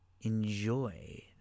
Enjoy